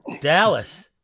Dallas